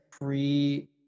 pre